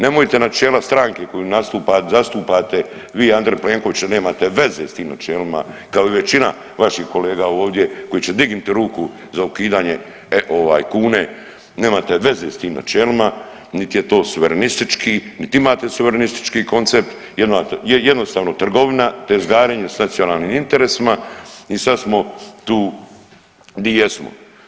Nemojte načela stranke koju zastupate vi i Andrej Plenković nemate veze s tim načelima kao i većina vaših kolega ovdje koja će dignuti ruku za ukidanje ovaj kune, nemate veze s tim načelima, niti je to suverenistički, niti imate suverenistički koncept, je jednostavno trgovina, tezgarenja socijalnim interesima i sad smo tu gdje jesmo.